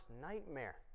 nightmare